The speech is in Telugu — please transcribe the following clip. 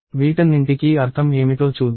వీటన్నింటికీ అర్థం ఏమిటో చూద్దాం